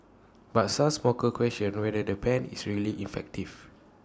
but some smokers question whether the ban is really effective